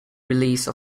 release